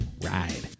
ride